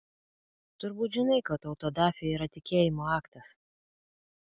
turbūt žinai kad autodafė yra tikėjimo aktas